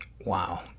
Wow